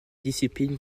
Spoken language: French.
discipline